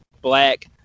black